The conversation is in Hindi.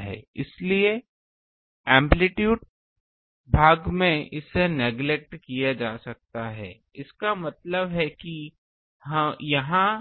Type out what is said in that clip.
इसलिए एम्पलीटूड भाग में इसे नेग्लेक्टेड किया जा सकता है इसका मतलब है कि यहाँ